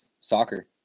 soccer